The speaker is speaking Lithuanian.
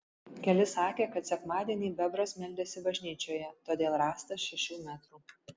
keli sakė kad sekmadienį bebras meldėsi bažnyčioje todėl rąstas šešių metrų